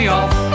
off